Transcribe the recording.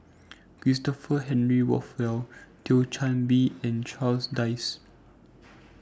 Christopher Henry Rothwell Thio Chan Bee and Charles Dyce